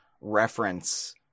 reference